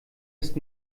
ist